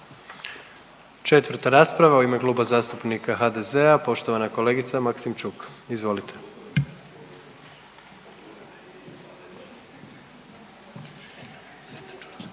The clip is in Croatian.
Četvrta rasprava u ime Kluba zastupnika HDZ-a, poštovana kolegica Maksimčuk. Izvolite.